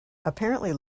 apparently